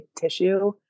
tissue